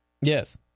Yes